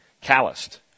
calloused